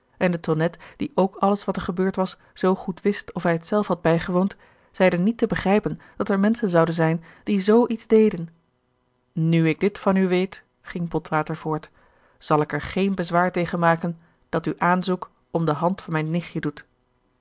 en de tonnette die ook alles wat er gebeurd was zoo goed wist of hij het zelf had bijgewoond zeide niet te begrijpen dat er menschen zouden zijn die z iets deden nu ik dit van u weet ging botwater voort zal ik er geen bezwaar tegen maken dat u aanzoek om de hand van mijn nichtje doet